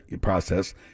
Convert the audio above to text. process